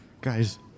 Guys